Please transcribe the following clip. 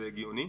זה הגיוני.